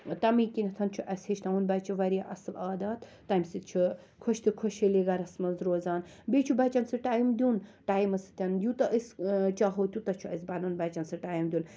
تمے کِنیٚتھ چھُ اَسہِ ہیٚچھناوُن بَچہٕ واریاہ اصٕل عادات تمہِ سۭتۍ چھُ خوش تہٕ خوش حٲلی گَرَس مَنٛز روزان بیٚیہِ چھُ بَچَن سۭتۍ ٹایم دِیُن ٹایمہٕ سۭتۍ یوٗتاہ أسۍ چاہو تیوٗتاہ چھُ اَسہِ پَنُن بَچَن سۭتۍ ٹایم دیُن